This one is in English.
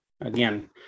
again